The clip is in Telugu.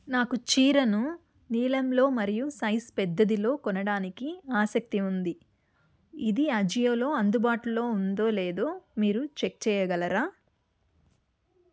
నాకు చీరను నీలంలో మరియు సైజ్ పెద్దదిలో కొనడానికి ఆసక్తి ఉంది ఇది అజియోలో అందుబాటులో ఉందో లేదో మీరు చెక్ చేయగలరా